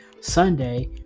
Sunday